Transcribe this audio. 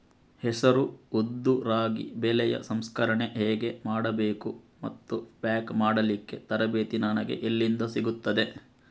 ಹೆಸರು, ಉದ್ದು, ರಾಗಿ ಬೆಳೆಯ ಸಂಸ್ಕರಣೆ ಹೇಗೆ ಮಾಡಬೇಕು ಮತ್ತು ಪ್ಯಾಕ್ ಮಾಡಲಿಕ್ಕೆ ತರಬೇತಿ ನನಗೆ ಎಲ್ಲಿಂದ ಸಿಗುತ್ತದೆ?